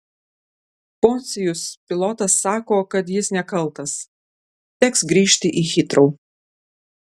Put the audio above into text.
poncijus pilotas sako kad jis nekaltas teks grįžti į hitrou